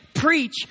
preach